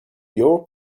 your